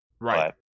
Right